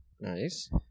Nice